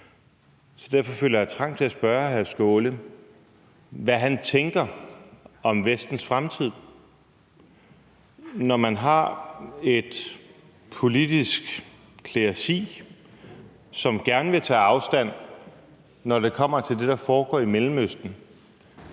Derfor føler jeg trang til at spørge hr. Sjúrður Skaale, hvad han tænker om Vestens fremtid, når man har et politisk kleresi, som gerne vil tage afstand, når det kommer til det, der foregår i Mellemøsten,